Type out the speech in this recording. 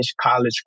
college